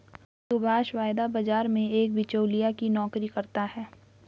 सुभाष वायदा बाजार में एक बीचोलिया की नौकरी करता है